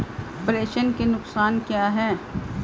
प्रेषण के नुकसान क्या हैं?